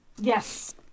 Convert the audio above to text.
Yes